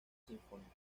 sinfónica